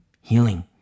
Healing